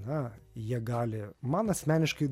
na jie gali man asmeniškai